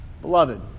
Beloved